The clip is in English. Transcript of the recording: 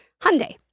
Hyundai